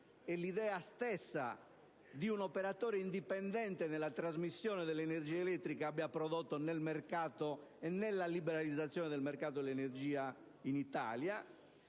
e l'idea stessa di un operatore indipendente nella trasmissione dell'energia elettrica, abbia prodotto nel mercato grazie alla liberalizzazione del mercato dell'energia in Italia.